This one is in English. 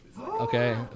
Okay